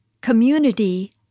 community